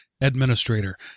administrator